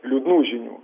liūdnų žinių